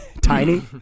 Tiny